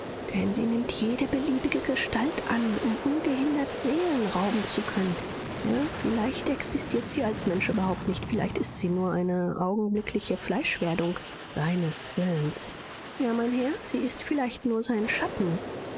denn sie nimmt jede beliebige gestalt an um ungehindert seelen rauben zu können ja vielleicht existiert sie als mensch überhaupt nicht vielleicht ist sie nur eine augenblickliche fleischwerdung seines willens ja mein herr sie ist vielleicht nur sein schatten